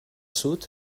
sud